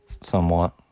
Somewhat